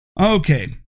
Okay